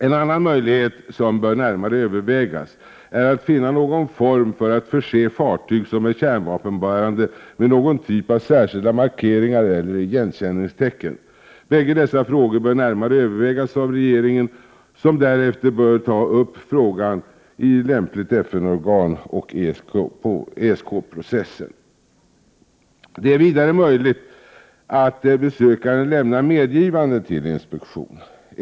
En annan möjlighet som bör närmare övervägas är att finna någon form för att förse fartyg som är kärnvapenbärande med någon typ av särskilda markeringar eller igenkänningstecken. Bägge dessa frågor bör närmare övervägas av regeringen, som därefter bör ta upp frågan i lämpligt FN-organ och i ESK-processen. Det är vidare möjligt att besökaren lämnar medgivande till inspektion.